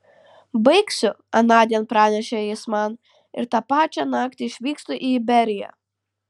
baigsiu anądien pranešė jis man ir tą pačią naktį išvykstu į iberiją